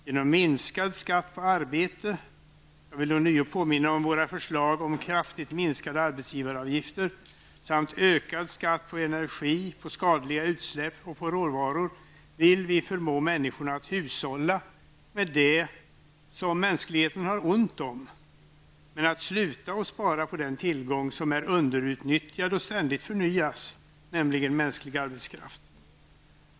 Genom minskad skatt på arbete -- jag vill ånyo påminna om våra förslag om kraftigt minskade arbetsgivaravgifter -- samt ökad skatt på energi, skadliga utsläpp och råvaror vill vi förmå människorna att hushålla med det som mänskligheten har ont om men sluta att spara på den tillgång som är underutnyttjad och ständigt förnyas, nämligen mänsklig arbetskraft.